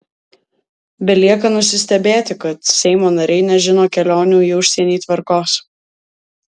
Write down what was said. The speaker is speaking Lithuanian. belieka nusistebėti kad seimo nariai nežino kelionių į užsienį tvarkos